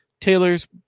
Taylor's